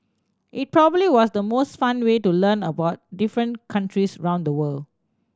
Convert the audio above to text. it probably was the most fun way to learn about different countries round the world